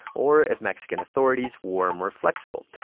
or if mexican authorities were more flexible.